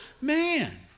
man